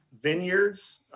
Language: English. vineyards